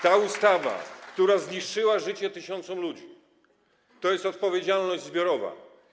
Ta ustawa, która zniszczyła życie tysiącom ludzi, oznacza odpowiedzialność zbiorową.